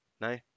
no